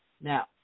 Now